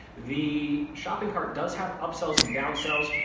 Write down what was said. the shopping cart does have upsells and down sells.